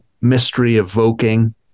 mystery-evoking